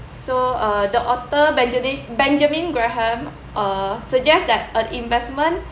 so uh the author benjanin benjamin graham uh suggest that a investment